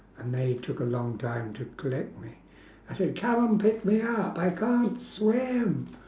and they took a long time to collect me I said come on pick me up I can't swim